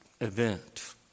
event